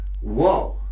whoa